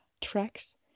tracks